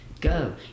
go